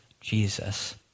Jesus